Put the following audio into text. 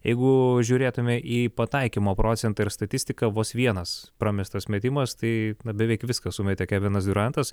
jeigu žiūrėtume į pataikymo procentą ir statistiką vos vienas pramestas metimas tai beveik viską sumetė kevinas diurantas